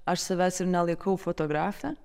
aš savęs ir nelaikau fotografe